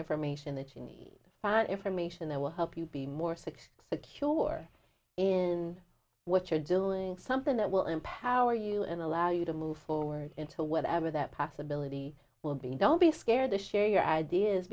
information that you need find information that will help you be more six secure in what you're doing something that will empower you and allow you to move forward into whatever that possibility will be don't be scared to share your ideas